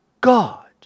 God